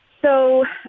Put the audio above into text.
so